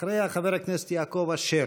אחריה, יעקב אשר,